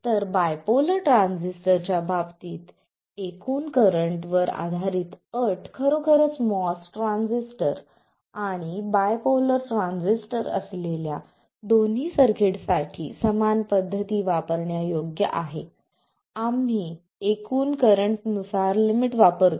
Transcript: तर bipolar transistor च्या बाबतीत एकूण करंट वर आधारित अट खरोखरच MOS ट्रान्झिस्टर आणि बायपोलर ट्रान्झिस्टर असलेल्या दोन्ही सर्किट्ससाठी समान पध्दती वापरण्यायोग्य आहे आम्ही एकूण करंट नुसार लिमिट वापरतो